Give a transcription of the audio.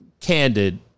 candid